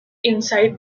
inside